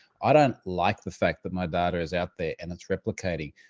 i don't like the fact that my data is out there and it's replicating,